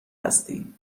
هستی